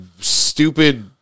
stupid